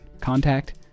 contact